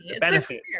benefits